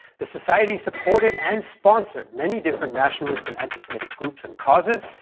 the society supported and sponsored many different nationalist and anti-semitic groups and causes,